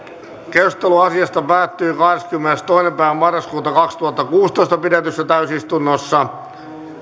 keskustelu asiasta päättyi kahdeskymmenestoinen yhdettätoista kaksituhattakuusitoista pidetyssä täysistunnossa